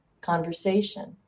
conversation